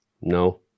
No